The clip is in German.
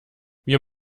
wir